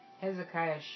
Hezekiah